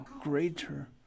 greater